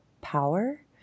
power